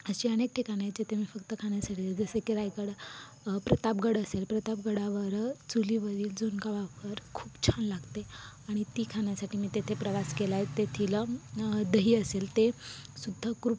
अशी अनेक ठिकाणं आहे जिथे मी फक्त खाण्यासाठी जे जसे की रायगड प्रतापगगड असेल प्रतापगडावर चुलीवरील झुणका भाकर खूप छान लागते आणि ती खाण्यासाठी मी तेथे प्रवास केला आहे तेथील दही असेल ते सुद्धा क्रूप